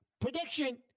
Prediction